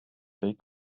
tej